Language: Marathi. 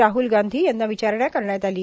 राहुल गांधी यांना विचारणा करण्यात आली आहे